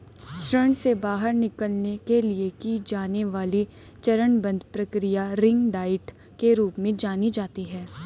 ऋण से बाहर निकलने के लिए की जाने वाली चरणबद्ध प्रक्रिया रिंग डाइट के रूप में जानी जाती है